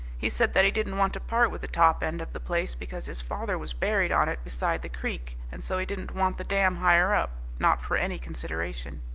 he said that he didn't want to part with the top end of the place because his father was buried on it beside the creek, and so he didn't want the dam higher up, not for any consideration.